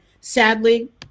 sadly